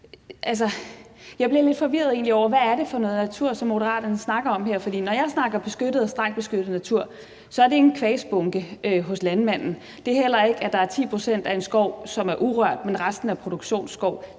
Jeg bliver lidt forvirret over, hvad det er for noget natur, som Moderaterne snakker om her. For når jeg snakker om beskyttet natur og strengt beskyttet natur, er det ikke en kvasbunke hos landmanden, og det er heller ikke, at der er 10 pct. af en skov, som er urørt, men at resten er produktionsskov.